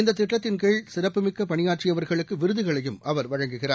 இந்ததிட்டத்தின் கீழ் சிறப்புமிக்கபணியாற்றியவர்களுக்குவிருதுகளையும் அவர் வழங்குகிறார்